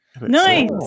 Nice